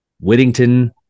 Whittington